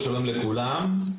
שלום לכולם.